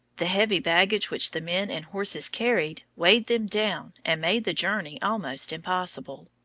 the heavy baggage which the men and horses carried weighed them down and made the journey almost impossible.